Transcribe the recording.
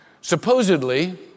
supposedly